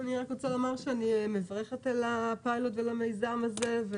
אני רוצה לומר שאני מברכת על הפיילוט ועל המיזם הזה.